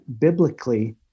biblically